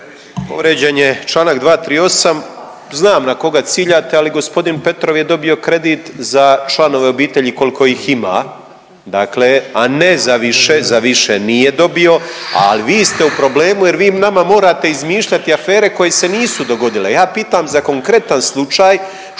Povrijeđen je Članak 238., znam na koga ciljate ali gospodin Petrov je dobio kredit za članove obitelji koliko ih ima, dakle a ne za više, za više nije dobio, ali vi ste u problemu jer vi nama morate izmišljati afere koje se nisu dogodile. Ja pitam za konkretan slučaj